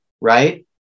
right